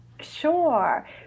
Sure